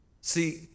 See